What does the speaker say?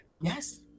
Yes